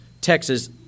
Texas